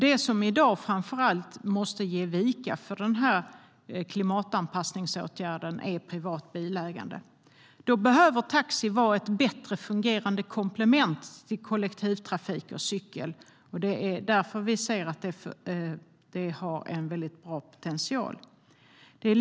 Det som i dag måste ge vika för den här klimatanpassningsåtgärden är framför allt privat bilägande. Då behöver taxi vara ett bättre fungerande komplement till kollektivtrafik och cykel, och det är därför vi ser att det har en väldigt bra potential.